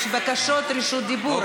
יש בקשות רשות דיבור,